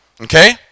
okay